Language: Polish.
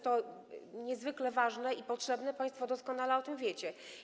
To jest niezwykle ważne i potrzebne, państwo doskonale o tym wiecie.